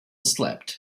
slept